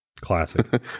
Classic